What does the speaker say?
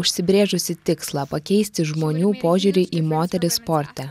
užsibrėžusi tikslą pakeisti žmonių požiūrį į moteris sporte